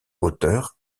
auteurs